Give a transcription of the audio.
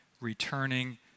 returning